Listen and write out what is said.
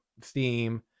steam